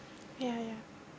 ya ya